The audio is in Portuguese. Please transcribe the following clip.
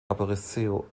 apareceu